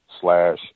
slash